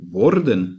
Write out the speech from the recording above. worden